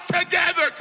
together